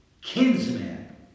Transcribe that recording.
kinsman